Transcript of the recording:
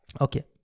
Okay